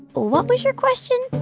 what was your question?